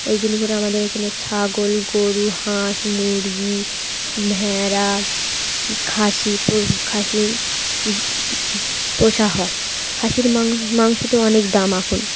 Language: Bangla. ওই জন্য করে আমাদের এখানে ছাগল গরু হাঁস মুরগি ভেড়া খাসি খাসি পোষা হয় খাসির মাংস তো অনেক দাম এখন